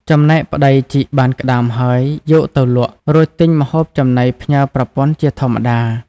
ចំណែកប្ដីជីកបានក្ដាមហើយយកទៅលក់ រួចទិញម្ហូបចំណីផ្ញើប្រពន្ធជាធម្មតា។